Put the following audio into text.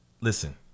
listen